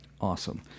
Awesome